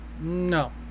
No